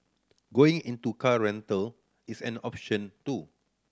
going into car rental is an option too